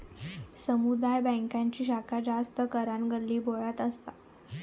समुदाय बॅन्कांची शाखा जास्त करान गल्लीबोळ्यात असता